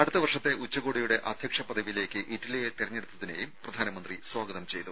അടുത്ത വർഷത്തെ ഉച്ചകോടിയുടെ അധ്യക്ഷ പദവിയിലേക്ക് ഇറ്റലിയെ തെരഞ്ഞെടുത്തതിനെയും പ്രധാനമന്ത്രി സ്വാഗതം ചെയ്തു